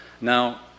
Now